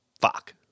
Fuck